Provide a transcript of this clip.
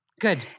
Good